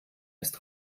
ist